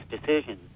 decision